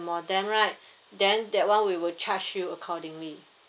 modem right then that [one] we will charge you accordingly